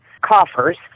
coffers